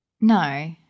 No